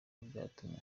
byatumye